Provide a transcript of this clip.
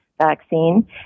vaccine